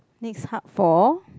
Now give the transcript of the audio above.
next hub for